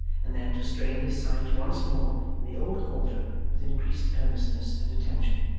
and then to strain his sight once more in the old quarter with increased earnestness and attention.